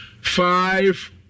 Five